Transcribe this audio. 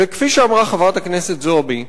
וכפי שאמרה חברת הכנסת זועבי,